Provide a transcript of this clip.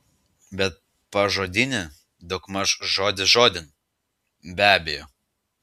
bet pažodinį daugmaž žodis žodin be abejo